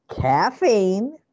caffeine